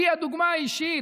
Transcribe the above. אי-הדוגמה האישית,